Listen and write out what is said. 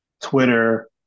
Twitter